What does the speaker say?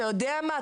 אתה יודע מה,